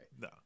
No